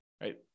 right